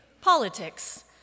politics